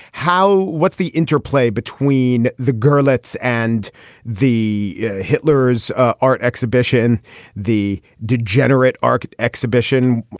how what's the interplay between the gurlitt and the hitler's ah art exhibition the degenerate art exhibition.